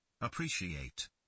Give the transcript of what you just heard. Appreciate